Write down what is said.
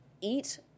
eat